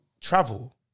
travel